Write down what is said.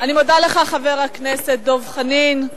מה עם המציתים?